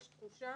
יש תחושה